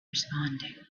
responding